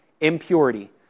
impurity